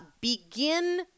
Begin